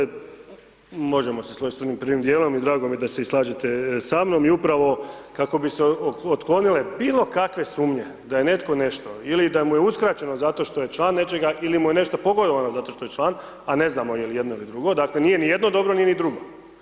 Zahvaljujem, dakle možemo se složit s onim prvim dijelom i drago mi je da se i slažete sa mnom i upravo kako bi se otklonile bilo kakve sumnje da je netko nešto ili da mu je uskraćeno zato što je član nečega ili mu je nešto pogodovano zato što je član, a ne znamo je li jedno ili drugo, dakle nije ni jedno dobro, nije ni drugo.